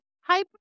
Hi